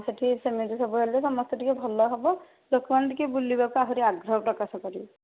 ହଁ ସେହିଠି ସେମିତି ସବୁ ହେଲେ ଟିକେ ସମସ୍ତଙ୍କର ଟିକେ ଭଲ ହେବ ଲୋକମାନେ ଟିକେ ବୁଲିବା ପାଇଁ ଆହୁରି ଆଗ୍ରହ ପ୍ରକାଶ କରିବେ